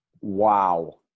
Wow